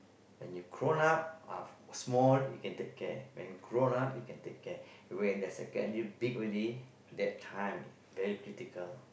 when you grown up uh small you can take care when grown up you can take care when they secondary big already that time very critical